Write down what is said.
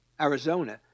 Arizona